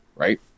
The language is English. right